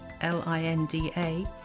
L-I-N-D-A